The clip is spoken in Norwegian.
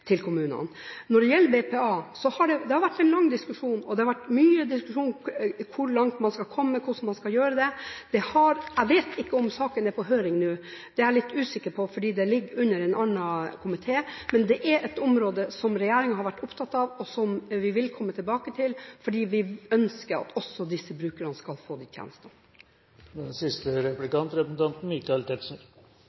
det vært mye diskusjon rundt hvor langt man skal gå, og hvordan man skal gjøre det. Jeg vet ikke om saken nå er på høring – det er jeg litt usikker på, for det ligger til en annen komité – men dette er et område som regjeringen har vært opptatt av, og som vi vil komme tilbake til, for vi ønsker at også disse brukerne skal få